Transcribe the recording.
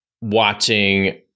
watching